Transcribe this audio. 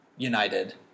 United